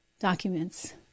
Documents